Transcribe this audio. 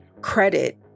credit